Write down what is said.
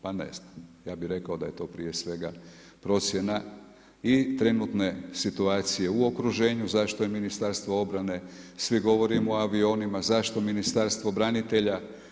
Pa ne znam, ja bi rekao da je to prije svega procjena i trenutne situacije u okruženju, zašto je Ministarstvo obrane, svi govorimo o avionima, zašto Ministarstvo branitelja.